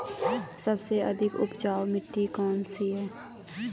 सबसे अधिक उपजाऊ मिट्टी कौन सी है?